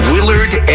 Willard